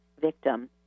victim